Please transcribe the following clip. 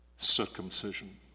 circumcision